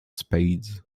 spades